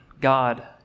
God